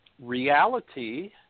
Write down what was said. Reality